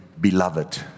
beloved